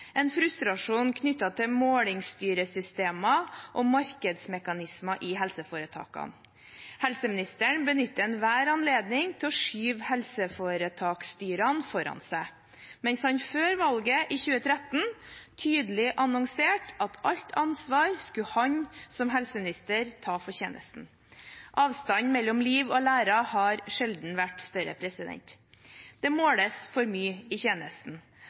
en frustrasjon knyttet til målstyringssystemer og markedsmekanismer i helseforetakene. Helseministeren benytter enhver anledning til å skyve helseforetaksstyrene foran seg, mens han før valget i 2013 tydelig annonserte at alt ansvar for tjenesten skulle han som helseminister ta. Avstanden mellom liv og lære har sjelden vært større. Det måles for mye i tjenesten.